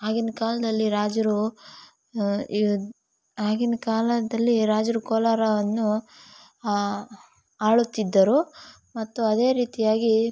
ಆಗಿನ ಕಾಲದಲ್ಲಿ ರಾಜರು ಈ ಆಗಿನ ಕಾಲದಲ್ಲಿ ರಾಜರು ಕೋಲಾರವನ್ನು ಆಳುತ್ತಿದ್ದರು ಮತ್ತು ಅದೇ ರೀತಿಯಾಗಿ